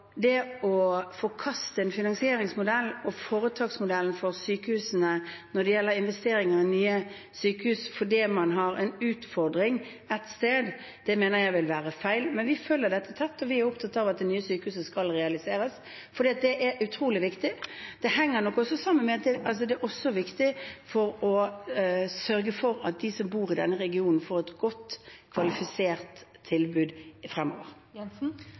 gjelder investeringer i nye sykehus, fordi man har en utfordring ett sted, mener jeg vil være feil. Men vi følger dette tett, og vi er opptatt av at det nye sykehuset skal realiseres, fordi det er utrolig viktig. Det henger også sammen med at det er viktig også for å sørge for at de som bor i denne regionen, får et godt kvalifisert tilbud